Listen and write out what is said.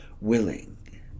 willing